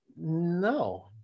no